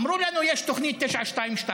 אמרו לנו: יש תוכנית 922,